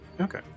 okay